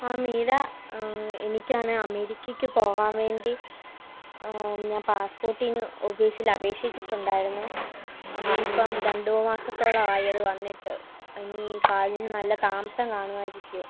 ആ മീര എനിക്ക് ആണെങ്കിൽ അമേരിക്കയ്ക്ക് പോകാൻ വേണ്ടി ഞാൻ പാസ്പോട്ടിന് ഓഫീസിൽ അപേക്ഷിച്ചിട്ടുണ്ടായിരുന്നു അതിന് ഇപ്പം രണ്ടുമാസത്തോളമായി അത് വന്നിട്ട് ഇനി കാലിന് നല്ല താമസം കാണുമായിരിക്കും